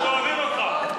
אנחנו אוהבים אותך.